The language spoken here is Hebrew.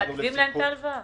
מעכבים להם את ההלוואה